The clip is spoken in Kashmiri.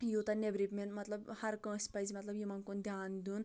یوٗتاہ نٮ۪برِمٮ۪ن مطلب ہرکٲنٛسہِ پَزِ مطلب یِمَن کُن دیان دیُٚن